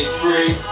free